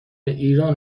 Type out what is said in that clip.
ایران